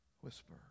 whisper